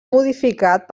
modificat